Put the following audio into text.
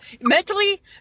Mentally